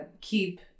keep